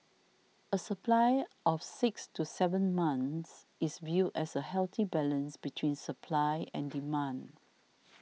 a supply of six to seven months is viewed as a healthy balance between supply and demand